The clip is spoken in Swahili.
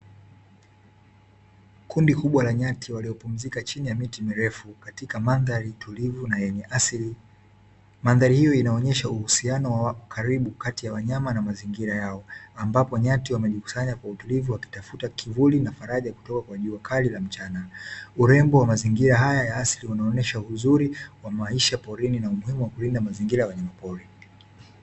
Kundi kubwa la nyati waliopumzika chini ya miti mirefu katika mandhari tulivu na yenye asili, mandhari hiyo inaonyesha uhusiano wa karibu kati ya wanyama na mazingira yao ambapo nyati wamejikusanya kwa utulivu wakitafuta kivuli na faraja kutoka kwa jua kali la mchana. Urembo wa mazingira haya ya asili unaonyesha uzuri wa maisha porini na umuhimu wa kulinda mazingira ya wanyama pori .